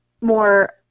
more